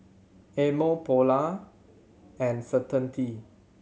Amore Polar and Certainty